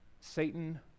Satan